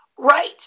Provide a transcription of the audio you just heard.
Right